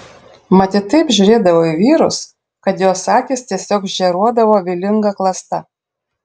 mat ji taip žiūrėdavo į vyrus kad jos akys tiesiog žėruodavo vylinga klasta